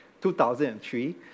2003